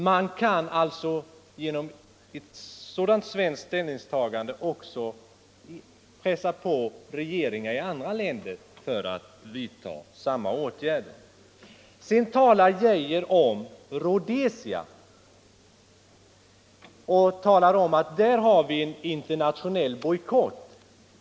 Vi kan alltså genom ett sådant svenskt ställningstagande också pressa på regeringar i andra länder att vidta samma åtgärder. Så talar herr Geijer om Rhodesia och nämner att i det fallet har vi en internationell bojkott.